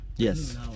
Yes